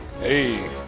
Hey